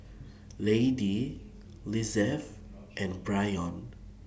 Lady Lizeth and Bryon